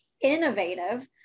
innovative